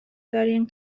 دارین